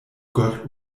gott